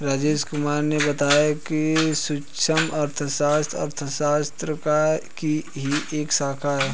राजेश कुमार ने बताया कि सूक्ष्म अर्थशास्त्र अर्थशास्त्र की ही एक शाखा है